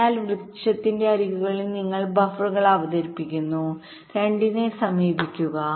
അതിനാൽ വൃക്ഷത്തിന്റെ അരികുകളിൽ നിങ്ങൾ ബഫറുകൾ അവതരിപ്പിക്കുന്ന 2 നെ സമീപിക്കുക